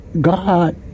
God